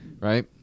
right